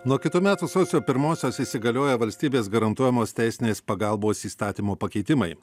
nuo kitų metų sausio pirmosios įsigalioja valstybės garantuojamos teisinės pagalbos įstatymo pakeitimai